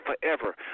forever